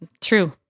true